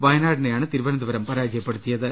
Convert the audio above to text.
വയനാടിനെയാണ് തിരുവനന്തപുരം പരാജയപ്പെടുത്തിയ ത്